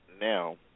now